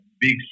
big